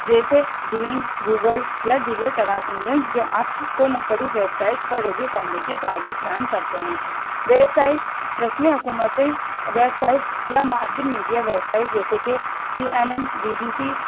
جیسے Bing Google یا دیگر تلاش انجنس جو آپ کو مختلف ویبسائٹس پر رجوع کرنے کی سہولیت فراہم کرتے ہیں ویبسائٹ رسمی حکومتیں ویبسائٹس یا معدل میڈیا ویبسائٹ جیسے کہ C N N B B سی